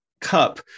cup